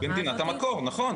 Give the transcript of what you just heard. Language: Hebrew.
במדינת המקור, נכון.